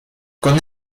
con